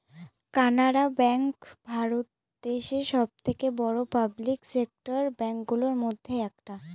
Canara bank Bharat দেশে সব থেকে বড়ো পাবলিক সেক্টর ব্যাঙ্ক গুলোর মধ্যে একটা